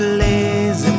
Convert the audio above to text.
lazy